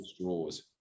straws